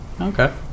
Okay